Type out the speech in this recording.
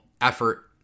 effort